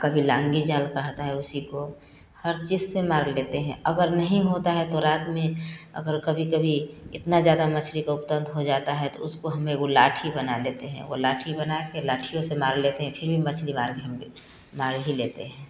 और कभी लांगी जाल कहता हैं उसी को हर चीज से मार लेतें हैं अगर नहीं होता हैं तो रात में अगर कभी कभी इतना ज्यादा मछरी का उपतंत हो जाता हैं तो उसको हम एक लाठी बना लेतें हैं एक लाठी बनाके लाठीओ से मार लेतें हैं फिर भी मछली बार मार ही लेतें हैं